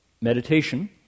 meditation